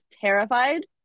terrified